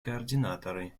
координаторы